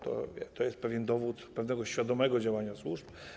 To jest dowód pewnego świadomego działania służb.